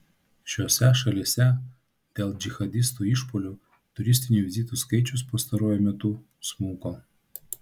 šiose šalyse dėl džihadistų išpuolių turistinių vizitų skaičius pastaruoju metu smuko